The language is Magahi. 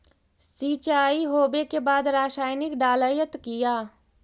सीचाई हो बे के बाद रसायनिक डालयत किया?